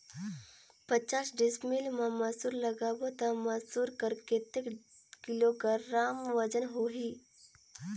पचास डिसमिल मा मसुर लगाबो ता मसुर कर कतेक किलोग्राम वजन होही?